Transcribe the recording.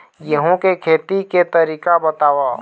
गेहूं के खेती के तरीका बताव?